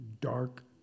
dark